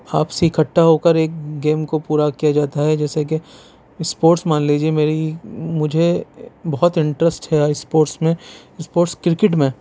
آپسی اِکھٹا ہو کر ایک گیم کو پورا کیا جاتا ہے جیسے کہ اسپورٹس مان لیجئے میری مجھے بہت انٹرسٹ ہے اسپورٹس میں اسپورٹس کرکٹ میں